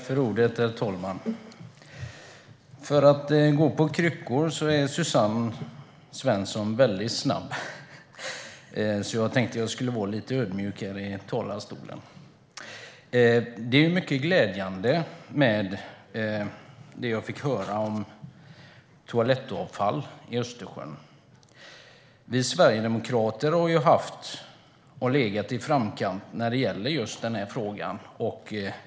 Herr talman! För att gå på kryckor är Suzanne Svensson väldigt snabb, så jag tänkte att jag skulle vara lite ödmjuk här i talarstolen. Det jag fick höra om toalettavfall i Östersjön är mycket glädjande. Vi Sverigedemokrater har legat i framkant när det gäller just den frågan.